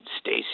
Stacey